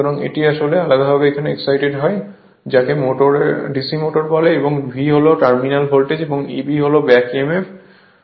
সুতরাং এটি আলাদাভাবে এক্সাইটেড হয় যাকে DC মোটর বলে এবং V হল টার্মিনাল ভোল্টেজ এবং Eb হল ব্যাক emf